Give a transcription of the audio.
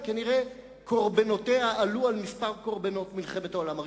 וכנראה מספר קורבנותיה עלה על מספר קורבנות מלחמת העולם הראשונה.